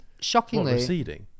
shockingly